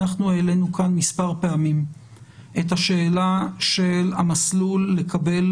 אנחנו העלינו כאן מספר פעמים את השאלה של המסלול לקבל